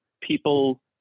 people